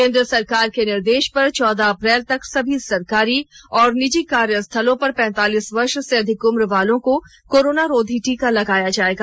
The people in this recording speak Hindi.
केंद्र सरकार के निर्देश पर चौदह अप्रैल तक सभी सरकारी और निजी कार्यस्थलों पर पैतालीस वर्ष से अधिक उम्र वालों को कोरोनारोधी टीका लगाया जाएगा